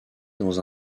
dans